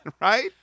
Right